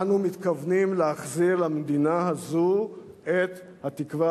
אנו מתכוונים להחזיר למדינה הזאת את התקווה.